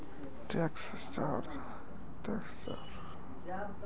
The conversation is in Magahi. अपन बहिन के खतवा में पैसा भेजे में कौनो चार्जो कटतई?